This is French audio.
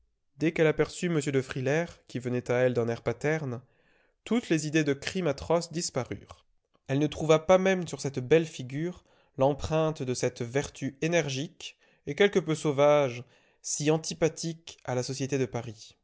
dès qu'elle aperçut m de frilair qui venait à elle d'un air paterne toutes les idées de crime atroce disparurent elle ne trouva pas même sur cette belle figure l'empreinte de cette vertu énergique et quelque peu sauvage si antipathique à la société de paris